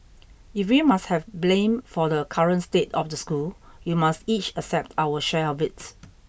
if we must have blame for the current state of the school we must each accept our share of it